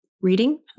reading